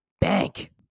bank